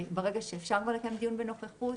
ברגע שאפשר לקיים דיון בנוכחות,